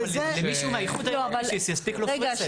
אבל למישהו מהאיחוד האירופי יספיק לו Presale.